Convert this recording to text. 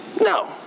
No